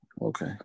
Okay